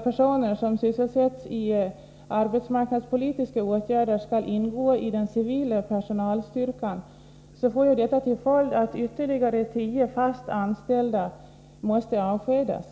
personer som sysselsätts genom arbetsmarknadspolitiska åtgärder skall ingå i den civila personalstyrkan kommer detta att få till följd att ytterligare 10 fast anställda måste avskedas.